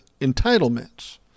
entitlements